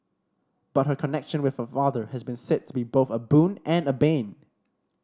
but her connection with her father has been said to be both a boon and a bane